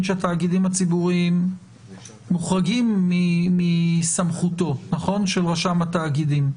שהתאגידים הציבוריים מוחרגים מסמכותו של רשם התאגידים.